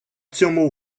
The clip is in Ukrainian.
цьому